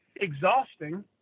exhausting